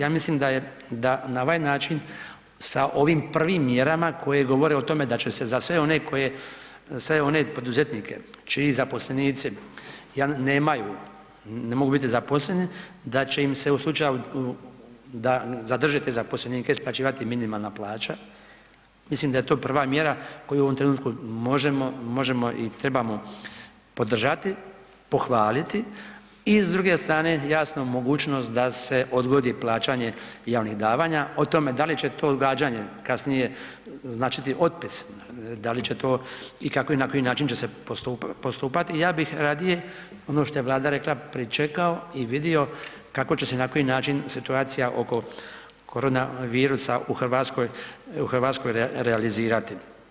Ja mislim da na ovaj način sa ovim prvim mjerama koje govore o tome da će se za sve one poduzetnike čiji zaposlenici nemaju, ne mogu biti zaposleni, da će im se u slučaju da zadrže te zaposlenike, isplaćivati minimalna plaća, mislim da je to prva mjera koja u ovom trenutku možemo i trebamo podržati, pohvaliti i s druge strane, jasna mogućnost da se odgodi plaćanje javnih davanja, o tome da li će to odgađanje kasnije značiti otpis, da li će to i kako i na koji način će se postupati, ja bih radije, ono što je Vlada rekla, pričekao i vidio kako će se i na koji način situacija oko korona virusa u Hrvatskoj realizirati.